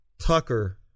Tucker